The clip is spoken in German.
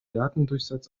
datendurchsatz